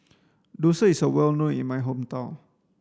dosa is well known in my hometown